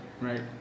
Right